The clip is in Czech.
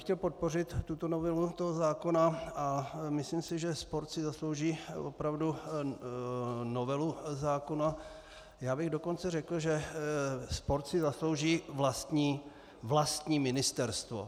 Chtěl bych podpořit tuto novelu zákona a myslím si, že sport si zaslouží opravdu novelu zákona, já bych dokonce řekl, že sport si zaslouží vlastní ministerstvo.